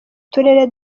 turere